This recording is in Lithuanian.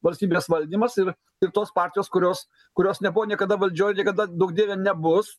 valstybės valdymas ir ir tos partijos kurios kurios nebuvo niekada valdžioj ir niekada duok dieve nebus